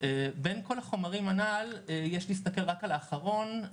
בין כל החומרים הנ"ל יש להסתכל רק על האחרון,